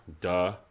duh